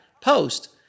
post